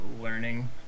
learning